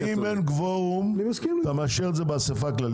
שאם אין קוורום, אתה מאשר את זה באספה הכללית.